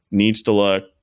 needs to look,